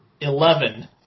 Eleven